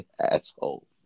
Asshole